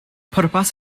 pwrpas